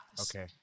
Okay